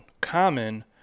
common